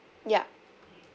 yup